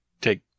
take